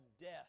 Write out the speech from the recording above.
death